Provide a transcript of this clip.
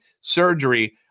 surgery